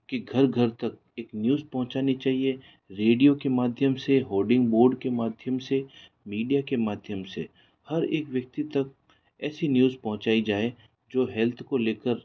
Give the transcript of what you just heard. कि घर घर तक एक न्यूज़ पहुँचानी चाहिए रेडियो के माध्यम से होडिंग बोर्ड के माध्यम से मीडिया के माध्यम से हर एक व्यक्ति तक ऐसी न्यूज़ पहुँचाई जाए जो हेल्थ को लेकर